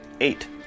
eight